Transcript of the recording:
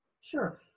sure